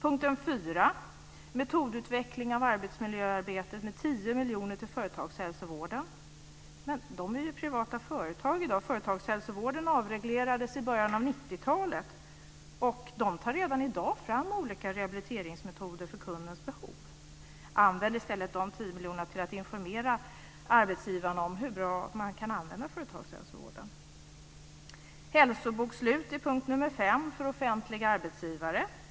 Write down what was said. Men inom denna har man i dag privata företag. Företagshälsovården avreglerades i början av 90-talet, och inom den tar man redan i dag fram olika rehabiliteringsmetoder för kundens behov. Använd i stället de 10 miljonerna till att informera arbetsgivarna om hur bra man kan använda företagshälsovården! Punkt 5 gäller hälsobokslut för offentliga arbetsgivare.